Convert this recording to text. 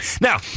Now